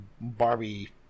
Barbie